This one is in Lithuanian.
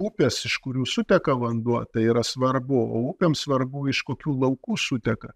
upės iš kurių suteka vanduo tai yra svarbu o upėms svarbu iš kokių laukų suteka